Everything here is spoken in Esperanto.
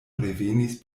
revenis